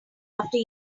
after